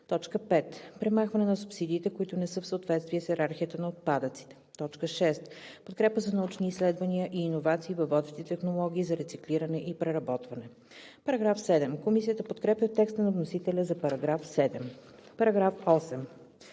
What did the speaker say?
5. премахване на субсидиите, които не са в съответствие с йерархията на отпадъците; 6. подкрепа за научни изследвания и иновации във водещи технологии за рециклиране и преработване.“ Комисията подкрепя текста на вносителя за § 7. Комисията